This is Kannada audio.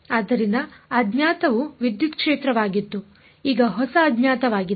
ಆದ್ದರಿಂದ ಅಜ್ಞಾತವು ವಿದ್ಯುತ್ ಕ್ಷೇತ್ರವಾಗಿತ್ತು ಈಗ ಹೊಸ ಅಜ್ಞಾತವಾಗಿದೆ